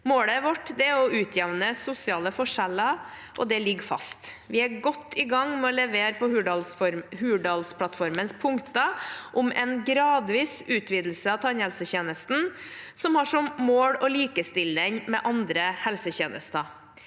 Målet vårt er å utjevne sosiale forskjeller, og det ligger fast. Vi er godt i gang med å levere på Hurdalsplattformens punk ter om en gradvis utvidelse av tannhelsetjenesten, som har som mål å likestille den med andre helsetjenester.